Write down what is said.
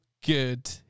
good